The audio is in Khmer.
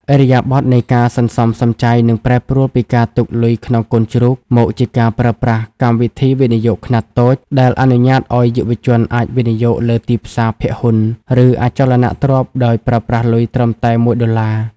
ឥរិយាបថនៃការសន្សំសំចៃនឹងប្រែប្រួលពីការទុកលុយក្នុងកូនជ្រូក មកជាការប្រើប្រាស់ "កម្មវិធីវិនិយោគខ្នាតតូច" ដែលអនុញ្ញាតឱ្យយុវជនអាចវិនិយោគលើទីផ្សារភាគហ៊ុន ឬអចលនទ្រព្យដោយប្រើប្រាស់លុយត្រឹមតែ ១ ដុល្លារ។